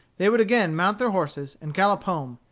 they would again mount their horses and gallop home,